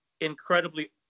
incredibly